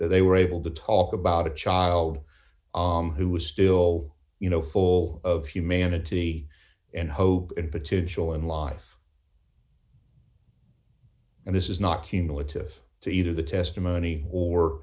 that they were able to talk about a child who was still you know full of humanity and hope and potential in life and this is not cumulative to either the testimony or